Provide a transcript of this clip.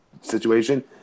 situation